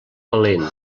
valent